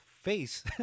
face